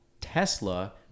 Tesla